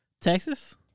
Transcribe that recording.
Texas